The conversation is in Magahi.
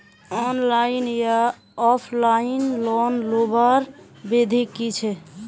ऑनलाइन या ऑफलाइन लोन लुबार विधि की छे?